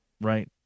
right